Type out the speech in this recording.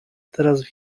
teraz